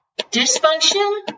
dysfunction